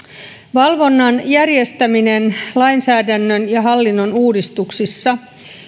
valvonnan järjestäminen lainsäädännön ja hallinnon uudistuksissa